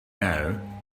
now